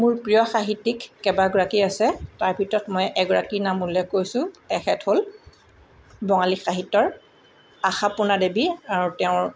মোৰ প্ৰিয় সাহিত্যিক কেইবাগৰাকী আছে তাৰ ভিতৰত মই এগৰাকীৰ নাম উল্লেখ কৈছোঁ তেখেত হ'ল বঙালী সাহিত্যৰ আশাপূৰ্ণা দেৱী আৰু তেওঁৰ